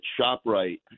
ShopRite